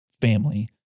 family